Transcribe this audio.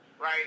Right